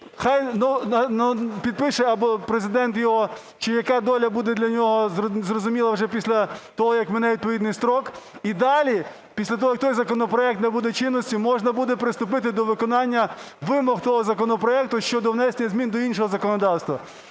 Нехай підпише або Президент його, чи яка доля буде для нього, зрозуміло вже після того, як мине відповідний строк. І далі, після того, як той законопроект набуде чинності, можна буде приступити до виконання вимог того законопроекту щодо внесення змін до іншого законодавства.